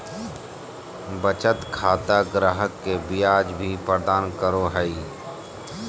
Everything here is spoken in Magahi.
बचत खाता ग्राहक के ब्याज भी प्रदान करो हइ